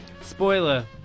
Spoiler